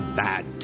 bad